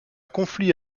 conflit